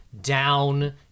down